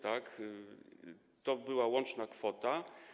Tak, to była łączna kwota.